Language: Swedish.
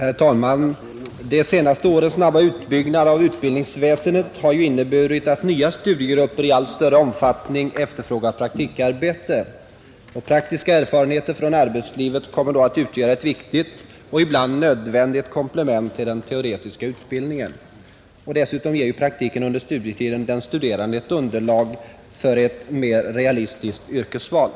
Herr talman! De senaste årens snabba utbyggnad av utbildningsväsendet har inneburit att nya studiegrupper i allt större omfattning efterfrågar praktikarbete. Praktiska erfarenheter från arbetslivet kommer då att utgöra ett viktigt, ibland nödvändigt, komplement till den teoretiska utbildningen. Dessutom ger praktiken under studietiden den studerande ett underlag för ett mer realistiskt yrkesval.